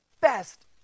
best